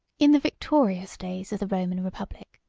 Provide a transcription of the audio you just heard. in the victorious days of the roman republic,